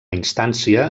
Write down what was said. instància